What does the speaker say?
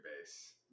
base